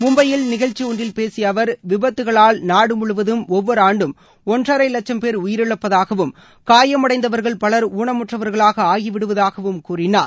மும்பையில் நிகழ்ச்சி ஒன்றில் பேசிய அவர் விபத்தக்களால் நாடு முழுவதம் ஒவ்வொரு ஆண்டும் ஒன்றரை லட்சும் பேர் உயிரிழப்பதாகவும் காயமடைந்தவர்கள் பவர் ஊனமுற்றவர்களாக ஆகிவிடுவதாகவும் கூறினார்